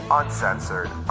uncensored